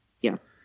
Yes